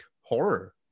horror